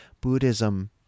Buddhism